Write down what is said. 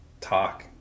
talk